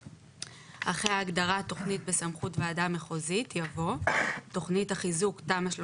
אחרי ההגדרה "תכנית בסמכות ועדה מחוזית" יבוא: ""תכנית החיזוק (תמ"א 38)"